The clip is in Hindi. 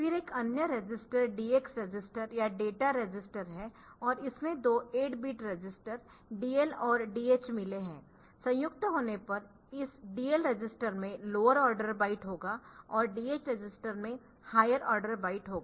फिर एक अन्य रजिस्टर DX रजिस्टर या डेटा रजिस्टर है और इसमें दो 8 बिट रजिस्टर DL और DH मिले है संयुक्त होने पर इस DL रजिस्टर में लोअर ऑर्डर बाइट होगा और DH रजिस्टर में हायर ऑर्डर बाइट होगा